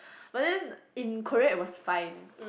but then in Korea it was fine